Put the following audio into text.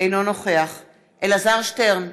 אינו נוכח אלעזר שטרן,